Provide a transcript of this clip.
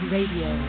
Radio